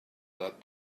that